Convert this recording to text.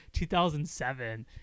2007